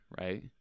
right